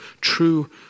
true